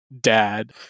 dad